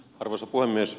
arvoisa puhemies